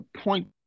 point